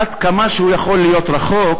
עד כמה הוא יכול להיות רחוק,